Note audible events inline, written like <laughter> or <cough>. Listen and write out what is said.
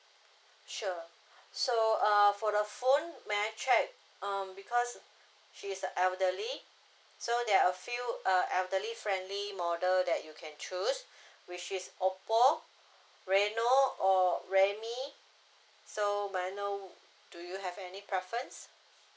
sure <breath> so uh for the phone may I check um because she is a elderly so there are a few uh elderly friendly model that you choose <breath> which is oppo reno or redmi so may I know do you have any preference